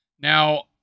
Now